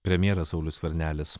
premjeras saulius skvernelis